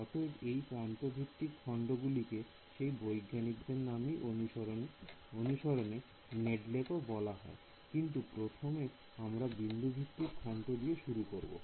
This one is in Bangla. অতএব এই প্রান্ত ভিত্তিক খন্ড গুলিকে সেই বৈজ্ঞানিকের নাম অনুসারে নেডেলেক ও বলা হয় কিন্তু প্রথমে আমরা বিন্দু ভিত্তিক খন্ড দিয়ে শুরু করবো